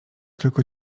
tylko